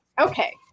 okay